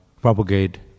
propagate